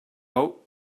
out